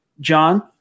John